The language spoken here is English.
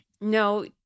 no